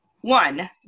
one